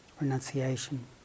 renunciation